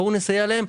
בואו נסייע להם.